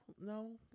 no